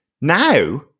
now